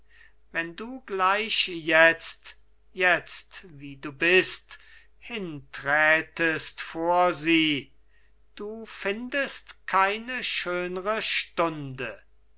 wenn du gleich jetzt jetzt wie du bist hinträtest vor sie du findest keine schönre stunde